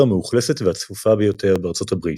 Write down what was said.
המאוכלסת והצפופה ביותר בארצות הברית.